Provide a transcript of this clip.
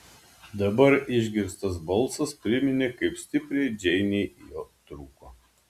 dabar išgirstas balsas priminė kaip stipriai džeinei jo trūko